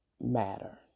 matter